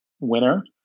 winner